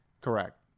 Correct